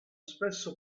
spesso